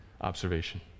observation